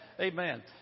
amen